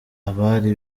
abari